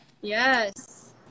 Yes